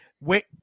wait